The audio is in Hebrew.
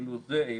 אם זה קיים,